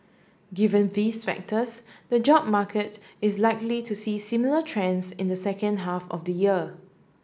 given these factors the job market is likely to see similar trends in the second half of the year